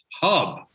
Hub